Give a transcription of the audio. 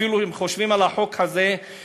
אפילו אם חושבים על החוק הזה,